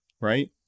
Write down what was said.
Right